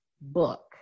book